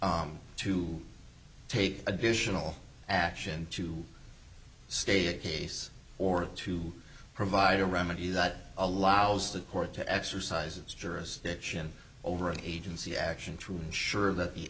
to take additional action to stay a case or to provide a remedy that allows the court to exercise its jurisdiction over an agency action to ensure that